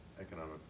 economic